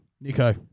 Nico